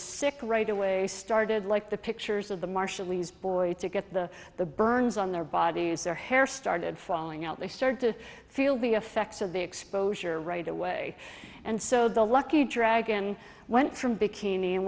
sick right away started like the pictures of the marshallese boy to get the the burns on their bodies their hair started falling out they started to feel the affects of the exposure right away and so the lucky dragon went from bikini and